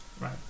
Right